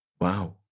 Wow